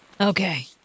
Okay